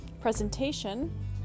presentation